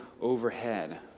overhead